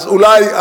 אז אולי,